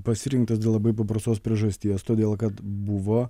pasirinktas dėl labai paprastos priežasties todėl kad buvo